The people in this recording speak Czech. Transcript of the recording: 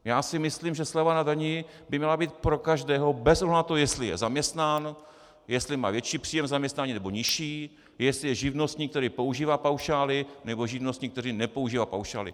Já si myslím, že sleva na dani by měla být pro každého bez ohledu na to, jestli je zaměstnán, jestli má větší příjem v zaměstnání, nebo nižší, jestli je živnostník, který používá paušály, nebo živnostník, který nepoužívá paušály.